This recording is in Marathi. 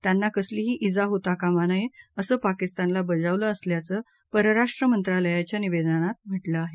त्यांना कसलीही ईजा होता कामा नये असं पाकिस्तानला बजावलं असल्याचं परराष्ट्र मंत्रालयाच्या निवेदनात म्हटलं आहे